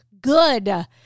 good